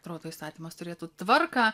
atrodo įstatymas turėtų tvarką